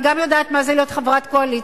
אני גם יודעת מה זה להיות חברת קואליציה.